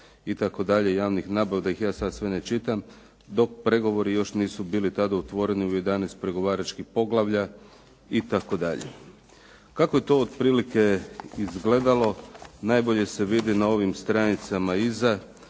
itd., "Javnih nabava", da ih ja sad sve ne čitam, dok pregovori još nisu bili tada otvoreni u 11 pregovaračkih poglavlja itd. Kako je to otprilike izgledalo najbolje se vidi na ovim stranicama iza.